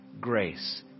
grace